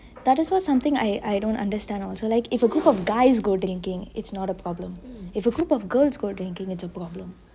that is what something I don't understand also like if a group of guys go drinking it's not a problem if a group of girls go drinking it's a problem